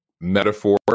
metaphor